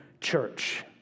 church